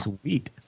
Sweet